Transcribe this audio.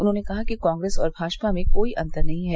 उन्होंने कहा कि कांग्रेस और भाजपा में कोई अन्तर नहीं है